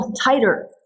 tighter